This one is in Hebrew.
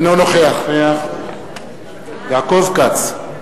אינו נוכח יעקב כץ,